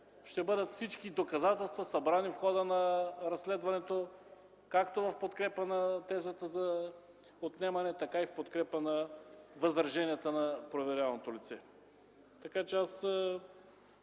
че всички доказателства ще бъдат събрани в хода на разследването, както в подкрепа на тезата за отнемане, така и в подкрепа на възраженията на проверяваното лице.